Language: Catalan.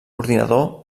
ordinador